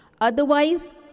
otherwise